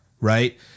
right